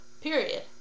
Period